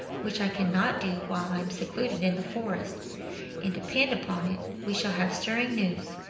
which i can not do while i am secluded in the forest and, depend upon it, we shall have stirring news.